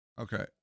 Okay